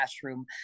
classroom